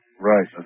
Right